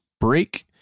break